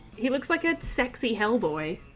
he looks like it's sexy hell boy